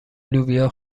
لوبیا